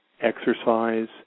exercise